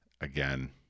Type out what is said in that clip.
again